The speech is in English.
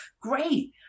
Great